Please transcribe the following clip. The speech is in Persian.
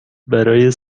برای